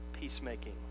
peacemaking